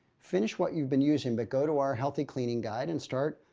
finish what you've been using but go to our healthy cleaning guide and start.